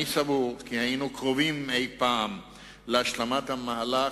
אני סבור כי היינו קרובים מאי-פעם להשלמת המהלך.